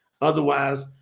Otherwise-